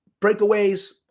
breakaways